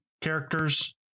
characters